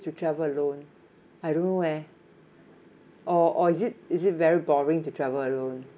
to travel alone I don't know leh or or is it is it very boring to travel alone